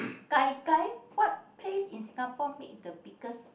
gai-gai what place in Singapore make the biggest